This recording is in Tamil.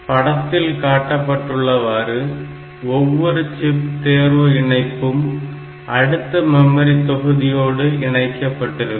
படத்தில் காட்டப்பட்டுள்ளவாறு ஒவ்வொரு சிப் தேர்வு இணைப்பும் அடுத்த மெமரி தொகுதியோடு இணைக்கப்பட்டிருக்கும்